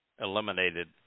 eliminated